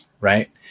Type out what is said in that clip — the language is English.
right